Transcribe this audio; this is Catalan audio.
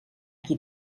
qui